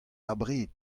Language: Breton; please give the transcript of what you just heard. abred